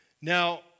Now